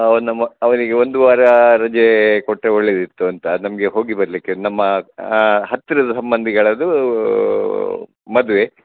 ಅವ ನಮ್ಮ ಅವನಿಗೆ ಒಂದು ವಾರ ರಜೆ ಕೊಟ್ಟರೆ ಒಳ್ಳೆಯದಿತ್ತು ಅಂತ ನಮಗೆ ಹೋಗಿ ಬರಲಿಕ್ಕೆ ನಮ್ಮ ಹತ್ತಿರದ ಸಂಬಂಧಿಗಳದ್ದು ಮದುವೆ